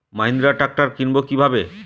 Mahindra tractor কিনবো কি ভাবে?